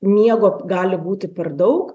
miego gali būti per daug